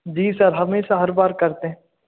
जी sir हमेशा हर बार करते हैं